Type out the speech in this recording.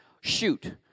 shoot